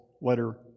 letter